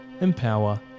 empower